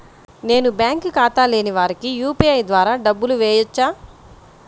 నేను బ్యాంక్ ఖాతా లేని వారికి యూ.పీ.ఐ ద్వారా డబ్బులు వేయచ్చా?